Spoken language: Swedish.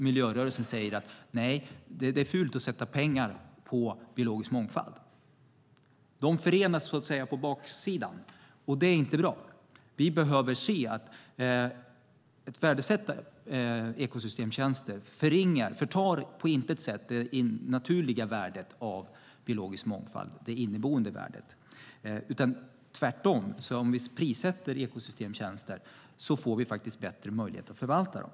Miljörörelsen säger: Det är fult att sätta pengar på biologisk mångfald! De förenas så att säga på baksidan, och det är inte bra. Vi behöver se att detta att värdesätta ekosystemtjänster på intet sätt förtar det naturliga, inneboende värdet av biologisk mångfald. Tvärtom - om vi prissätter ekosystemtjänster får vi bättre möjlighet att förvalta dem.